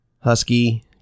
Husky